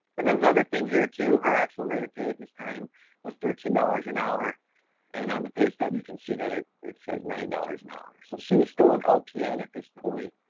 and another thing here too, her actual rate of pay at this time was thirteen dollars an hour and on the pay stub you can see that it, it says nine dollars an hour. so she was still an lpn at this point,